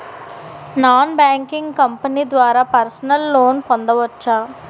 Non banking company ద్వారా personal loan పొందవచ్చా?